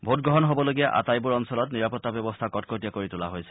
ভোটগ্ৰহণ হ'বলগীয়া আটাইবোৰ অঞ্চলত নিৰাপত্তা ব্যৱস্থা কটকটীয়া কৰি তোলা হৈছে